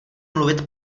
mluvit